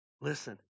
Listen